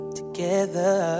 together